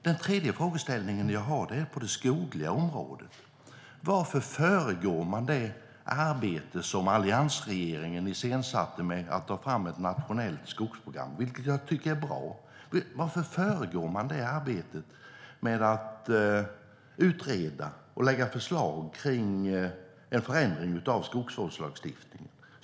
Min tredje frågeställning gäller det skogliga området. Varför förbigår man det arbete som alliansregeringen iscensatte med att ta fram ett nationellt skogsprogram, vilket jag tyckte var bra, genom att utreda och lägga fram förslag om en förändring av skogsvårdslagstiftningen?